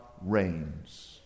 reigns